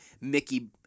Mickey